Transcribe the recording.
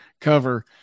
cover